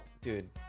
dude